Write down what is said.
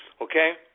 okay